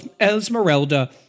Esmeralda